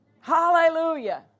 Hallelujah